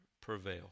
prevail